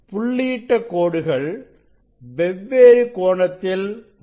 புள்ளியிட்ட கோடுகள் வெவ்வேறான கோணத்தில் வருகிறது